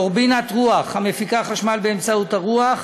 טורבינת רוח, המפיקה חשמל באמצעות הרוח,